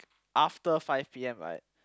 after five P_M right